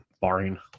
barring